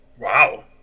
Wow